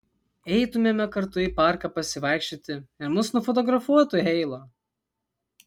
eitumėme kartu į parką pasivaikščioti ir mus nufotografuotų heilo